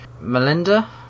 melinda